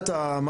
ה-Turn point,